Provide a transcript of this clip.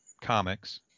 comics